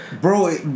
Bro